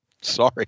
Sorry